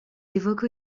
évoque